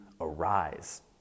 arise